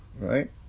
right